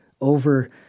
over